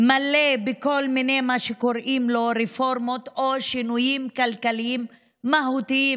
מלא בכל מיני מה שקוראים לו רפורמות או שינויים כלכליים מהותיים,